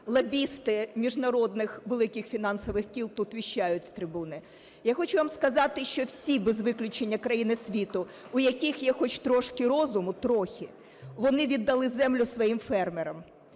лобісти міжнародних великих фінансових кіл тут віщають з трибуни. Я хочу вам сказати, що всі без виключення країни світу, у яких є хоч трошки розуму, трохи, вони віддали землю своїм фермерам.